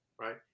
right